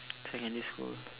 secondary school